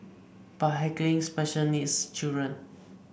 but heckling special needs children